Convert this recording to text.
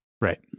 Right